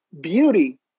beauty